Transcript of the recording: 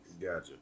Gotcha